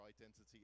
identity